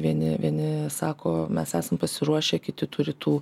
vieni vieni sako mes esam pasiruošę kiti turi tų